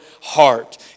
heart